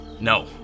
No